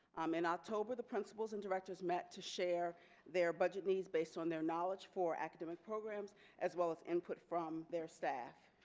um in october the principles and directors back to share their budget needs based on their knowledge for academic programs as well as input from their staff.